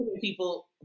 people